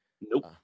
Nope